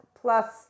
plus